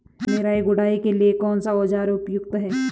निराई गुड़ाई के लिए कौन सा औज़ार उपयुक्त है?